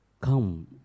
come